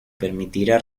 permitirá